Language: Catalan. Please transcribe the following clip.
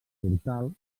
portal